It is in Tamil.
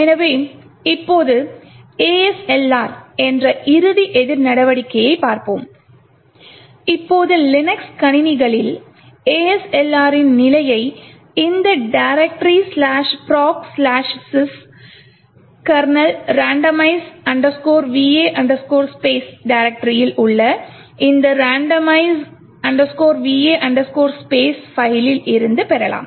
எனவே இப்போது ASLR என்ற இறுதி எதிர் நடவடிக்கையைப் பார்ப்போம் இப்போது லினக்ஸ் கணினிகளில் ASLR ரின் நிலையை இந்த directoryprocsys kernel randomize va space டைரக்டரியில் உள்ள இந்த randomize va space பைலில் இருந்து பெறலாம்